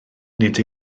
nid